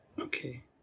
Okay